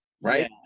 Right